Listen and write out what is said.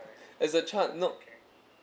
as a child not